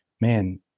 man